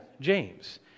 James